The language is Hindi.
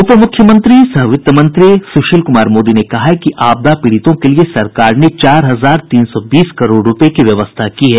उप मुख्यमंत्री सह वित्त मंत्री सुशील कुमार मोदी ने कहा कि आपदा पीड़ितों के लिए सरकार ने चार हजार तीन सौ बीस करोड़ रूपये की व्यवस्था की है